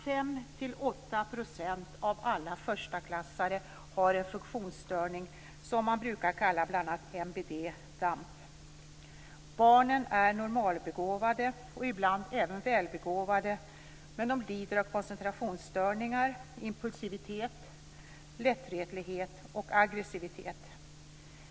5-8 % av alla förstaklassare har en funktionsstörning som man brukar kalla MBD/DAMP. Barnen är normalbegåvade och ibland även välbegåvade, men de lider av koncentrationsstörningar, impulsivitet, lättretlighet och aggressivitet.